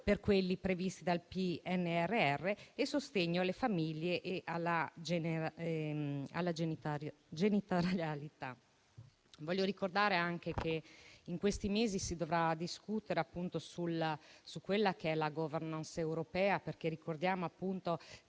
per quelli previsti dal PNRR e sostegno alle famiglie e alla genitorialità. Voglio ricordare anche che in questi mesi si dovrà discutere sulla *governance* europea. Ricordiamo che